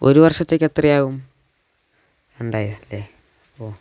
ഒരു വർഷത്തേക്ക് എത്രയാകും രണ്ടായിരം അല്ലേ ഓ